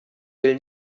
will